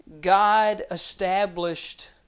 God-established